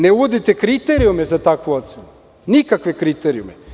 Ne uvodite kriterijume za takvu ocenu, nikakve kriterijume.